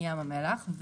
מים המלח.